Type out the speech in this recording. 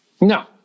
No